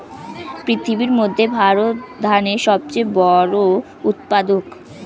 পৃথিবীর মধ্যে ভারত ধানের সবচেয়ে বড় উৎপাদক